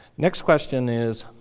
next question is,